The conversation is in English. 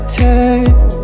take